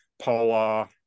Polar